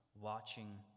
watching